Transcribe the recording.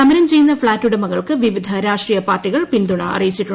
സമരം ചെയ്യുന്ന ഫ്ളാറ്റ് ഉടമകൾക്ക് വിവിധ രാഷ്ട്രീയ പാർട്ടികൾ പിന്തുണ അറിയിച്ചു